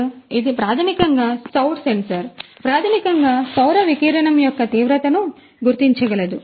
కాబట్టి ఇది ప్రాథమికంగా సౌర సెన్సార్ ఇది ప్రాథమికంగా సౌర వికిరణం యొక్క తీవ్రతను గుర్తించగలదు